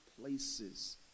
places